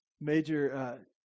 Major